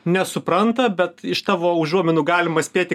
nesupranta bet iš tavo užuominų galima spėti